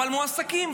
אבל מועסקים,